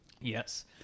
Yes